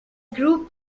group